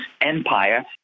empire